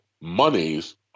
monies